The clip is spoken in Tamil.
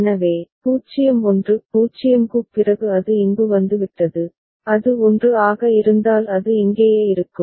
எனவே 0 1 0 க்குப் பிறகு அது இங்கு வந்துவிட்டது அது 1 ஆக இருந்தால் அது இங்கேயே இருக்கும்